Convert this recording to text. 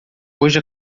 hoje